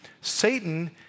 Satan